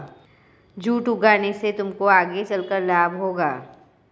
jute उगाने से तुमको आगे चलकर लाभ होगा